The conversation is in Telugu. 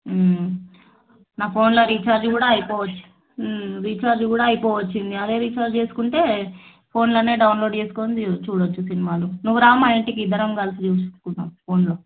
నా ఫోన్లో రీఛార్జ్ కూడా అయిపోవచ్చు రీఛార్జ్ కూడా అయిపోవచ్చింది అదే రీఛార్జ్ చేసుకుంటే ఫోన్లోనే డౌన్లోడు చేసుకొని చూడవచ్చు సినిమాలు నువ్వు రా మా ఇంటికి ఇద్దరం కలిసి చూసుకుందాము ఫోన్లో